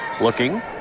looking